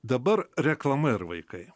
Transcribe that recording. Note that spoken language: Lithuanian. dabar reklama ir vaikai